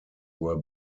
were